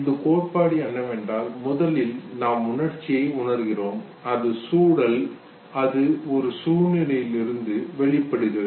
இந்த கோட்பாடு என்னவென்றால் முதலில் நாம் உணர்ச்சியை உணர்கிறோம் அது சூழல் அது ஒரு சூழ்நிலையிலிருந்து வெளிப்படுகிறது